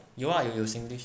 有啊有有 singlish